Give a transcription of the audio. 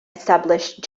established